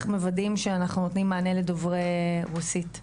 מוודאים שאנחנו נותנים מענה לדוברי רוסית.